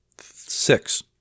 six